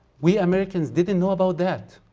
we americans didn't know about that,